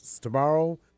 tomorrow